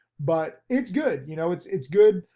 but it's good, you know, it's it's good,